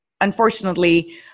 unfortunately